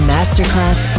Masterclass